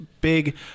Big